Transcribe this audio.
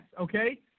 okay